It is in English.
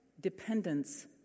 dependence